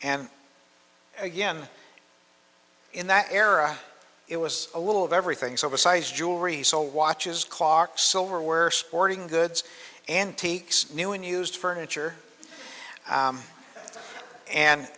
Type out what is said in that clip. and again in that era it was a little of everything so besides jewelry so watches clocks silverware sporting goods antiques new unused furniture